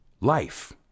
Life